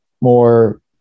more